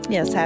Yes